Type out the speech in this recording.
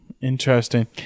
interesting